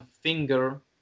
finger